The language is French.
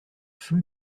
feu